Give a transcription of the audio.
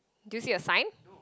do you see a sign